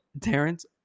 Terrence